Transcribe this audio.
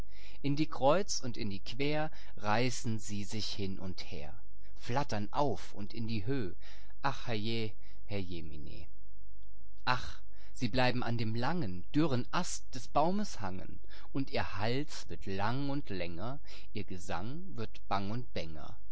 in die kreuz und in die quer reißen sie sich hin und her illustration und in die höh flattern auf und in die höh ach herje herjemineh illustration auf den ast ach sie bleiben an dem langen dürren ast des baumes hangen und ihr hals wird lang und länger ihr gesang wird bang und bänger